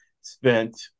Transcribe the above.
spent